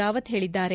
ರಾವತ್ ಹೇಳಿದ್ದಾರೆ